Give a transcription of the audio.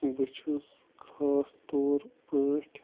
بہٕ چھُس خاص طور پٲٹھۍ